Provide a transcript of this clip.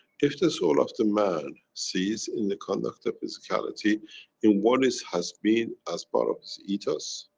if the soul of the man sees in the conduct, the physicality in what it has been as part of its ethos,